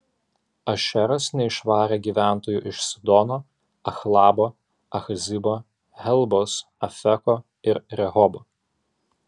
ašeras neišvarė gyventojų iš sidono achlabo achzibo helbos afeko ir rehobo